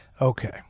Okay